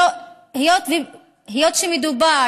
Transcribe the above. היות שמדובר